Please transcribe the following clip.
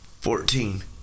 fourteen